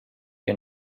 que